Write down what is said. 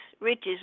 riches